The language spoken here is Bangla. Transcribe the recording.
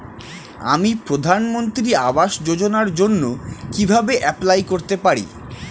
আমি প্রধানমন্ত্রী আবাস যোজনার জন্য কিভাবে এপ্লাই করতে পারি?